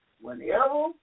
whenever